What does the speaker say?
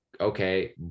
okay